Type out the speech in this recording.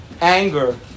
anger